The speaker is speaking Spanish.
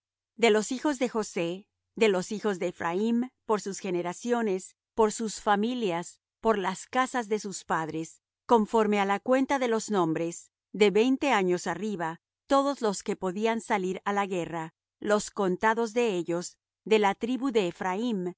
de los hijos de josé de los hijos de ephraim por sus generaciones por sus familias por las casas de sus padres conforme á la cuenta de los nombres de veinte años arriba todos los que podían salir á la guerra los contados de ellos de la tribu de